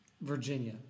Virginia